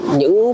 những